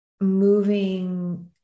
moving